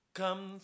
come